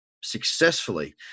Successfully